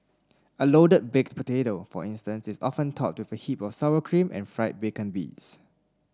a loaded baked potato for instance is often topped with a heap of sour cream and fried bacon bits